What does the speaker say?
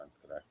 today